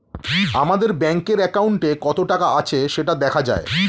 আমাদের ব্যাঙ্কের অ্যাকাউন্টে কত টাকা আছে সেটা দেখা যায়